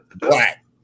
black